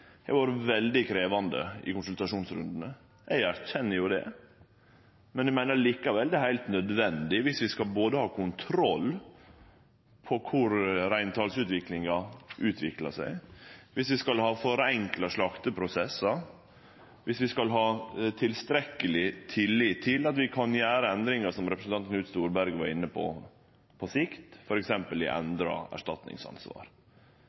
har vore veldig krevjande i konsultasjonsrundane. Eg erkjenner jo det, men eg meiner likevel det er heilt nødvendig, både viss vi skal ha kontroll på korleis reintalet utviklar seg, viss vi skal ha forenkla slakteprosessar, og viss vi skal ha tilstrekkeleg tillit til at vi kan gjere endringar – som representanten Knut Storberget var inne på – på sikt, f.eks. endre erstatningsansvar. At SV stiller seg på sidelinja i